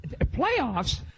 playoffs